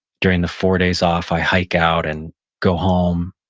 during the four days off i hike out and go home.